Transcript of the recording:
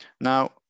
Now